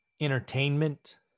entertainment